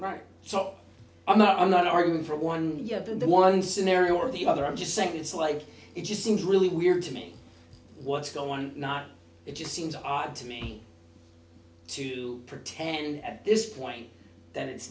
right so i'm not i'm not arguing for one you have been the one scenario or the other i'm just saying it's like it just seems really weird to me what's going on not it just seems odd to me to pretend at this point that it's